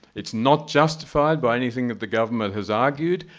it's not justified by anything that the government has argued,